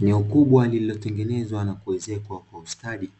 Eneo kubwa lililotengenezwa na kuwezekwa kwa ustadi